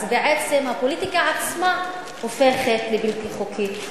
אז בעצם הפוליטיקה עצמה הופכת לבלתי חוקית.